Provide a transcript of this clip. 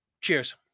Cheers